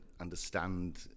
understand